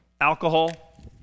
alcohol